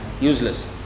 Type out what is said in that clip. useless